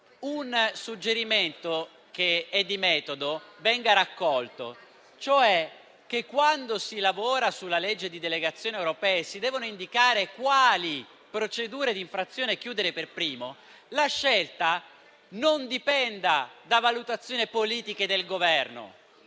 un suggerimento di metodo venga raccolto, cioè che, quando si lavora sulla legge di delegazione europea e si devono indicare quali procedure di infrazione chiudere per prime, la scelta non dipenda da valutazioni politiche del Governo,